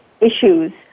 issues